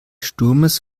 sturmes